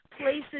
places